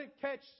catch